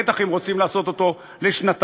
בטח אם רוצים לעשות אותו לשנתיים.